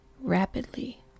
rapidly